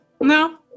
No